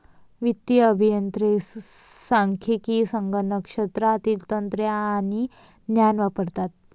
वित्तीय अभियंते सांख्यिकी, संगणक शास्त्रातील तंत्रे आणि ज्ञान वापरतात